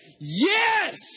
Yes